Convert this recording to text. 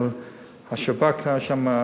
אבל השב"כ היה שם,